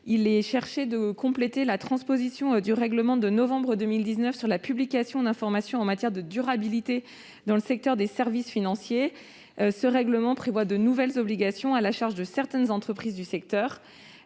Nous cherchons à compléter la transposition du règlement du Parlement européen du 27 novembre 2019 sur la publication d'informations en matière de durabilité dans le secteur des services financiers. Ce règlement prévoit de nouvelles obligations à la charge de certaines entreprises du secteur,